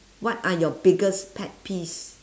what are your biggest pet peeves